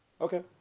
Okay